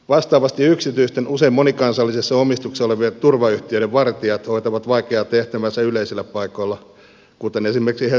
vastaavasti yksityisten usein monikansallisessa omistuksessa olevien turvayhtiöiden vartijat hoitavat vaikeaa tehtäväänsä yleisillä paikoilla kuten esimerkiksi helsingin rautatieasemalla